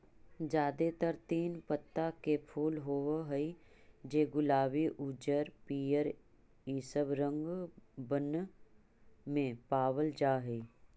जादेतर तीन पत्ता के फूल होब हई जे गुलाबी उज्जर पीअर ईसब रंगबन में पाबल जा हई